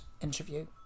interview